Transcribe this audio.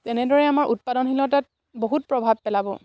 তেনেদৰে আমাৰ উৎপাদনশীলতাত বহুত প্ৰভাৱ পেলাব